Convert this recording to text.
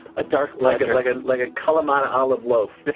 a dark black like a like a kalamata olive loaf.